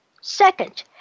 Second